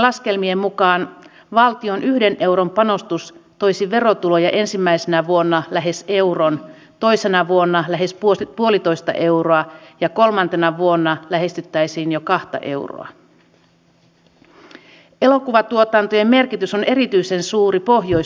nyt tätä paikallisen sopimisen järjestelmää ollaan valmistelemassa ja ensi vuonna paikallinen sopiminen hyvin toteutettuna luo uusia työpaikkoja nimenomaan tässä ja nyt enemmän kuin mikään muu keino eikä se vaadi lainkaan budjettipanoksia